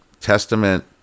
Testament